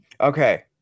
Okay